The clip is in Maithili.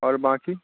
आओर बाॅंकी